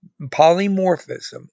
polymorphism